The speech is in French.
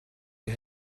des